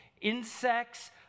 insects